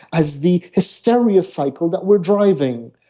as the hysteria cycle that we're driving.